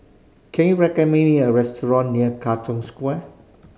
can you recommend me a restaurant near Katong Square